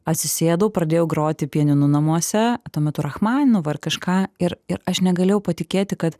atsisėdau pradėjau groti pianinu namuose tuo metu rachmaninovą ar kažką ir ir aš negalėjau patikėti kad